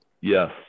Yes